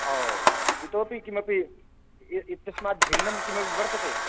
ओ इतोऽपि किमपि इत्यास्मात् भिन्नं किमपि वर्तते